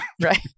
Right